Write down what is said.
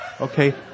Okay